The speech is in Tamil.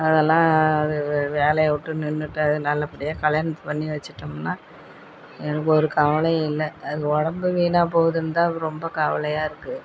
அதெல்லாம் அது இப்போ வேலையை விட்டு நின்றுட்டா அது நல்லபடியாக கல்யாணத்தை பண்ணி வச்சுட்டோம்னா எனக்கு ஒரு கவலையும் இல்லை அதுக்கு உடம்பு வீணாக போகுதுன்னுதான் அது ரொம்ப கவலையாக இருக்குது